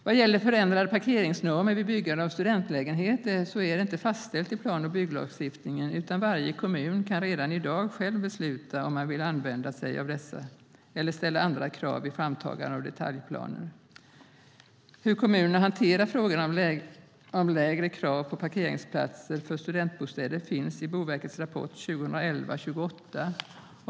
Vad gäller förändrad parkeringsnorm vid byggande av studentlägenheter är det inte fastställt i plan och bygglagstiftningen, utan varje kommun kan redan i dag själv besluta om man vill använda sig av dessa eller ställa andra krav vid framtagande av detaljplaner. Hur kommunerna hanterar frågan om lägre krav på parkeringsplatser för studentbostäder anges i Boverkets rapport 2011:28.